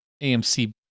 AMC